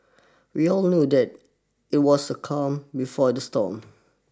we all knew that it was the calm before the storm